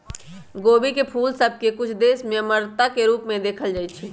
खोबी के फूल सभ के कुछ देश में अमरता के रूप में देखल जाइ छइ